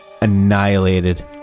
annihilated